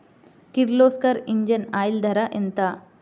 Kirloskar engine oil ధర ఎంత?